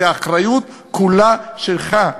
והאחריות כולה שלך.